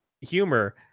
humor